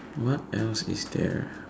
what else is there